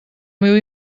meu